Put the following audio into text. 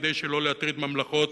כדי שלא להטריד ממלכות",